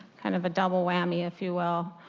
kind of a double whammy if you will.